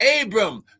Abram